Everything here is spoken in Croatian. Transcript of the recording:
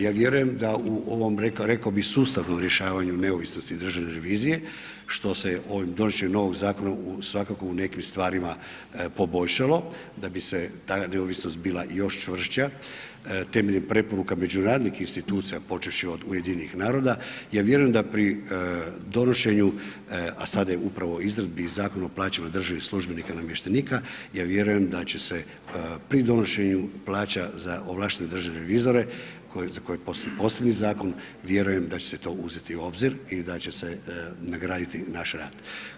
Ja vjerujem da u ovom rekao bih sustavnom rješavanju neovisnosti državne revizije što se ovim donošenjem novog zakona svakako u nekim stvarima poboljšalo, da bi se ta neovisnost bila još čvršća, temeljem preporuka međunarodnih institucija počevši od UN-a, ja vjerujem da pri donošenju, a sada je upravo u izradi Zakon o plaćama državnih službenika i namještenika, ja vjerujem da će se pri donošenju plaća za ovlaštene državne revizora za koje postoji posebni zakon, vjerujem da će se to uzeti u obzir i da će se nagraditi naš rad.